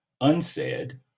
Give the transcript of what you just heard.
unsaid